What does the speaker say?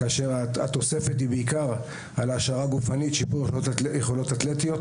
והתוספת היא בעיקר על העשרה גופנית של יכולות אתלטיות.